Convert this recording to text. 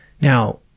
now